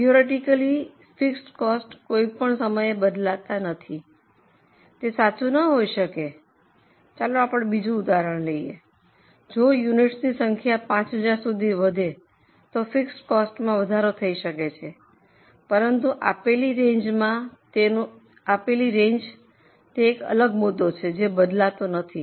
theoretically fixed cost કોઈપણ સમયે બદલાતા નથી તે સાચું ન હોઈ શકે ચાલો એક ઉદાહરણ લઈએ જો યુનિટ્સની સંખ્યા 5000 સુધી વધે તો ફિક્સડ કોસ્ટમાં વધારો થઈ શકે છે પરંતુ આપેલા રેન્જમાં તેનો એક અલગ મુદ્દો છે જે બદલાતો નથી